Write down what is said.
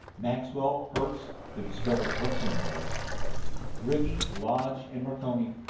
maxwell, hertz the discoverer of hertzian rays righi, lodge and marconi.